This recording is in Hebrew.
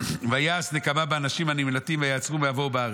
ויעש נקמה באנשים הנמלטים ויעצרו מעבור בארץ.